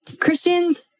Christians